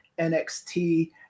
NXT